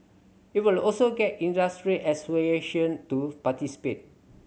it will also get industry association to participate